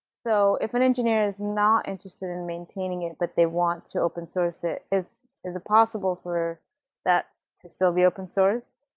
so if an engineer is not interested in maintaining it, but they want to open-source it, is it possible for that to still be open-sourced?